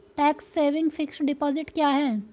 Tax saving fixed deposit क्या है?